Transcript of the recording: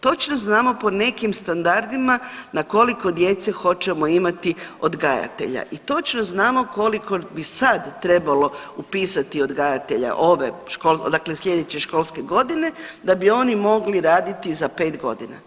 Točno znamo po nekim standardima na koliko djece hoćemo imati odgajatelja i točno znamo koliko bi sad trebalo upisati odgajatelja ove, dakle sljedeće školske godine da bi oni mogli raditi za pet godina.